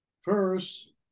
First